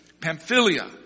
Pamphylia